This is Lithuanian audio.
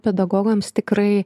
pedagogams tikrai